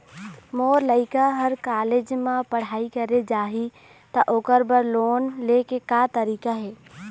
मोर लइका हर कॉलेज म पढ़ई करे जाही, त ओकर बर लोन ले के का तरीका हे?